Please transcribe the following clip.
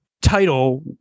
title